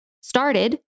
started